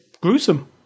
gruesome